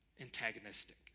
antagonistic